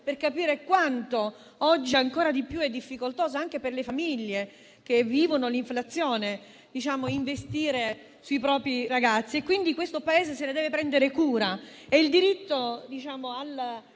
non capisce quanto oggi sia ancora più difficoltoso, anche per le famiglie che vivono l'inflazione, investire sui propri ragazzi. Questo Paese si deve prendere cura